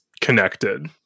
connected